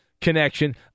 connection